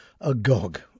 agog